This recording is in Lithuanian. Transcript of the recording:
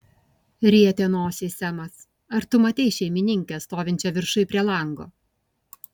rietė nosį semas ar tu matei šeimininkę stovinčią viršuj prie lango